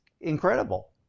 incredible